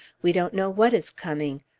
we don't know what is coming.